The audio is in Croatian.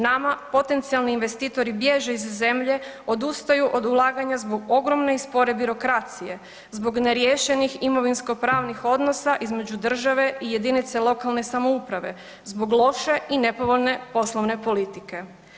Nama potencijalni investitori bježe iz zemlje odustaju od ulaganja zbog ogromne i spore birokracije, zbog neriješenih imovinskopravnih odnosa između države i jedinice lokalne samouprave, zbog loše i nepovoljne poslovne politike.